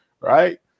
right